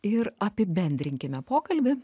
ir apibendrinkime pokalbį